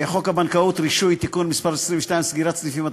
הבנקאות (רישוי) (תיקון מס' 22) (סגירת סניפים),